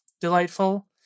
delightful